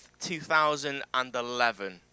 2011